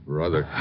Brother